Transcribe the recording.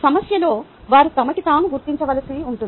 సమస్యలో వారు తమకి తాము గుర్తించవలసి ఉంటుంది